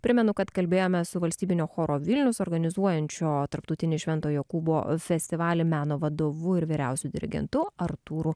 primenu kad kalbėjome su valstybinio choro vilnius organizuojančio tarptautinį švento jokūbo festivalį meno vadovu ir vyriausiu dirigentu artūru